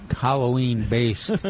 Halloween-based